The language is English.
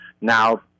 now